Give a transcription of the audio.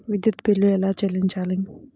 విద్యుత్ బిల్ ఎలా చెల్లించాలి?